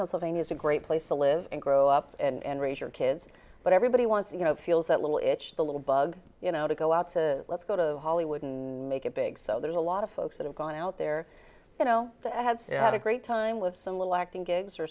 pennsylvania is a great place to live and grow up and raise your kids but everybody wants you know feels that little it's the little bug you know to go out to let's go to hollywood and make it big so there's a lot of folks that have gone out there you know i had had a great time with some little acting gigs or